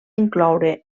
incloure